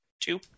Two